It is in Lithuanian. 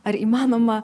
ar įmanoma